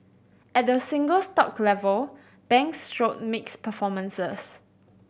at the single stock level banks showed mixed performances